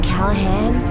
Callahan